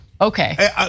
Okay